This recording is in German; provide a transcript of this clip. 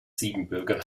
siebenbürger